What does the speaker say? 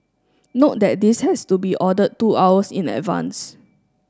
note that this has to be ordered two hours in advance